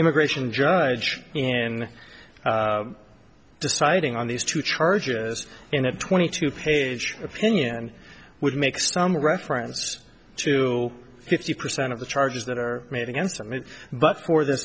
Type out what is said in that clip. immigration judge in deciding on these two charges in a twenty two page opinion would make stumm reference to fifty percent of the charges that are made against me but for th